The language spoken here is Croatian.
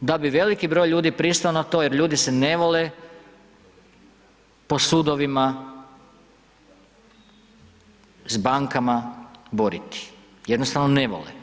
da bi veliki broj ljudi pristao na to, jer ljudi se ne vole po sudovima s bankama boriti, jednostavno ne vole.